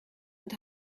and